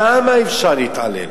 כמה אפשר להתעלם?